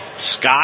Scott